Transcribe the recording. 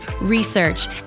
research